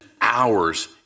hours